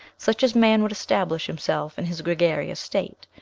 such as man would establish himself in his gregarious state.